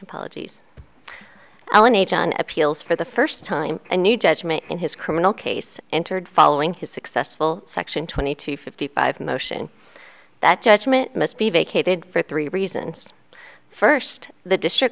apologies l n h on appeals for the first time a new judgment in his criminal case entered following his successful section twenty two fifty five motion that judgment must be vacated for three reasons first the district